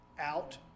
out